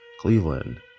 Cleveland